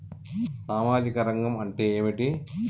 సామాజిక రంగం అంటే ఏమిటి?